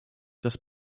das